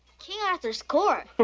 king arthur's court?